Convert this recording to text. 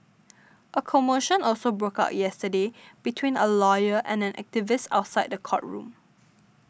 a commotion also broke out yesterday between a lawyer and an activist outside the courtroom